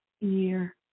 year